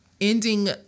ending